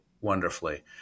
wonderfully